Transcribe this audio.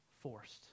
forced